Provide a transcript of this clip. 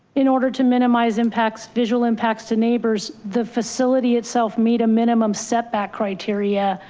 in order to minimize impacts visual impacts to neighbors, the facility itself meet a minimum setback criteria.